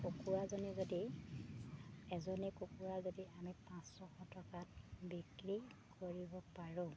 কুকুৰাজনী যদি এজনী কুকুৰা যদি আমি পাঁচ ছশ টকাত বিক্ৰী কৰিব পাৰোঁ